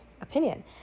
opinion